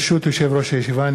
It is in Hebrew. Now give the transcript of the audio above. ברשות יושב-ראש הישיבה,